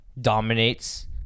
dominates